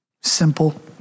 simple